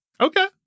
Okay